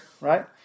right